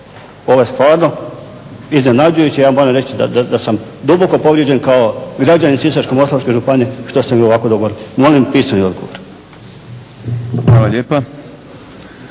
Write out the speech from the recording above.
Ovo je stvarno iznenađujuće. Ja moram reći da sam duboko povrijeđen kao građanin Sisačko-moslavačke županije što ste mi ovako odgovorili. Molim pisani odgovor. **Šprem,